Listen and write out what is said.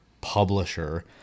publisher